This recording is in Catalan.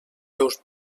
teus